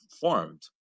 formed